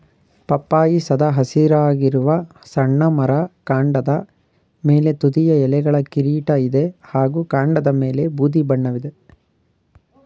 ಪಪ್ಪಾಯಿ ಸದಾ ಹಸಿರಾಗಿರುವ ಸಣ್ಣ ಮರ ಕಾಂಡದ ಮೇಲೆ ತುದಿಯ ಎಲೆಗಳ ಕಿರೀಟ ಇದೆ ಹಾಗೂ ಕಾಂಡದಮೇಲೆ ಬೂದಿ ಬಣ್ಣವಿದೆ